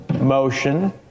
motion